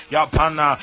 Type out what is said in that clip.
Yapana